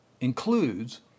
includes